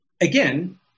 again